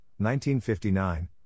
1959